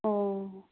ꯑꯣ